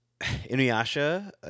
Inuyasha